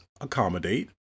accommodate